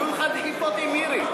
יהיו לך, עם מירי.